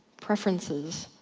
preferences.